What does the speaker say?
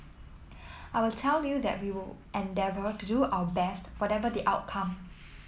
I will tell you that we will endeavour to do our best whatever the outcome